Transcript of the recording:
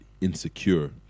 insecure